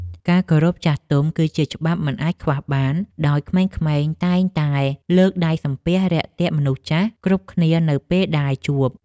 ការគោរពចាស់ទុំ គឺជាច្បាប់មិនអាចខ្វះបាន ដោយក្មេងៗតែងតែលើកដៃសំពះរាក់ទាក់មនុស្សចាស់គ្រប់គ្នានៅពេលដែលជួប។